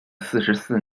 四十四